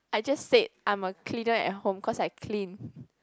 I just said I'm a cleaner at home cause I clean